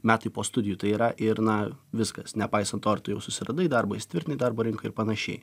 metai po studijų tai yra ir na viskas nepaisant to ar tu jau susiradai darbą įsitvirtinti darbo rinkoje ir panašiai